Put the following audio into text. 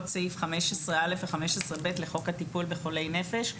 סעיף 15א ו-15ב לחוק הטיפול בחולי נפש,